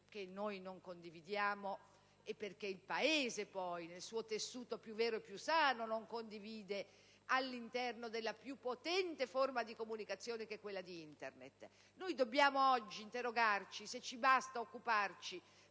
Noi dobbiamo oggi interrogarci se ci basta occuparci